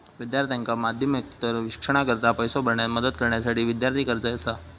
विद्यार्थ्यांका माध्यमिकोत्तर शिक्षणाकरता पैसो भरण्यास मदत करण्यासाठी विद्यार्थी कर्जा असा